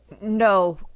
No